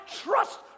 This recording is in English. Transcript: trust